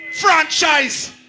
franchise